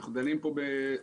אנחנו דנים פה בסיוע,